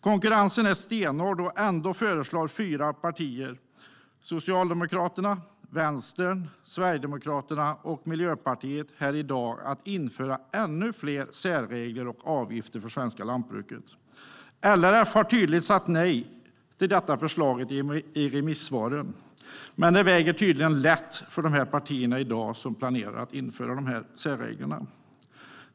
Konkurrensen är stenhård, och ändå föreslår fyra partier, Socialdemokraterna, Vänstern, Sverigedemokraterna och Miljöpartiet, i dag att vi ska införa ännu fler särregler och avgifter för det svenska lantbruket. LRF har tydligt sagt nej till förslaget i remissvaren, men det väger tydligen lätt för dessa partier, som i dag planerar att införa särreglerna.